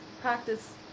practice